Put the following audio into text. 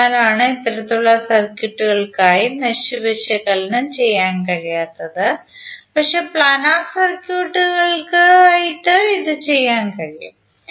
അതിനാലാണ് ഇത്തരത്തിലുള്ള സർക്യൂട്ടുകൾക്കായി മെഷ് വിശകലനം ചെയ്യാൻ കഴിയാത്തത് പക്ഷേ പ്ലാനർ സർക്യൂട്ടുകൾക്കായി ഇത് ചെയ്യാൻ കഴിയും